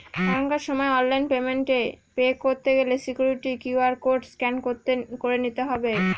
এখনকার সময় online payment এ পে করতে গেলে সিকুইরিটি কিউ.আর কোড স্ক্যান করে নিতে হবে